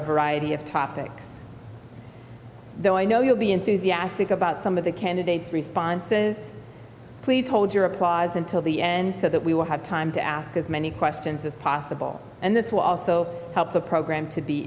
a variety of topics though i know you'll be enthusiastic about some of the candidate's responses please hold your applause until the end so that we will have time to ask as many questions as possible and this will also help the program to be